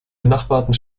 benachbarten